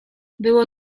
było